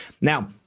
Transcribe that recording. Now